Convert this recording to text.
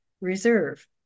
Reserve